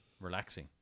relaxing